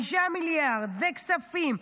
5 מיליארד וכספים,